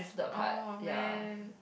oh man